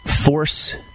force